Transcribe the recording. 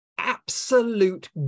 absolute